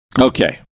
Okay